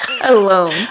alone